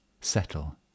settle